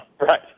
Right